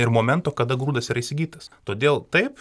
ir momento kada grūdas yra įsigytas todėl taip